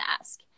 ask